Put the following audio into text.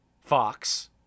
Fox